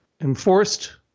enforced